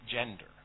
gender